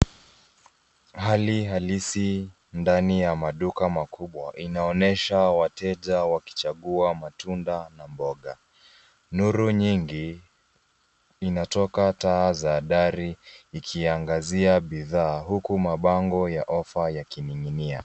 Hali halisi ndani ya maduka makubwa inaonyesha wateja wakichagua matunda na mboga. Nuru nyingi inatoka taa za dari ikiangazia bidhaa, huku mabango ya ofa yakining'inia.